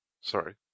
Sorry